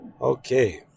okay